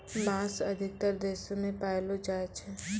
बांस अधिकतर देशो म पयलो जाय छै